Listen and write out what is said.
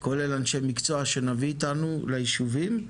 כולל אנשי מקצוע שנביא איתנו לישובים.